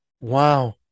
wow